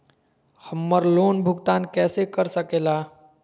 हम्मर लोन भुगतान कैसे कर सके ला?